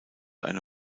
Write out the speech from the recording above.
eine